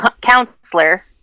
counselor